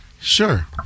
Sure